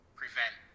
prevent